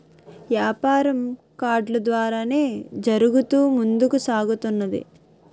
యాపారం కార్డులు ద్వారానే జరుగుతూ ముందుకు సాగుతున్నది